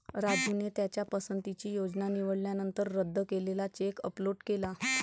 राजूने त्याच्या पसंतीची योजना निवडल्यानंतर रद्द केलेला चेक अपलोड केला